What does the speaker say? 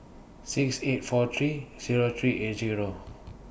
six eight four three Zero three eight Zero